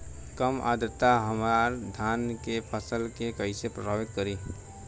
कम आद्रता हमार धान के फसल के कइसे प्रभावित करी?